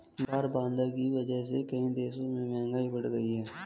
व्यापार बाधा की वजह से कई देशों में महंगाई बढ़ गयी है